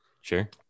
Sure